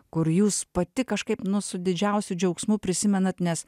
kur jūs pati kažkaip nu su didžiausiu džiaugsmu prisimenat nes